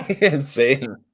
Insane